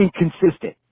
inconsistent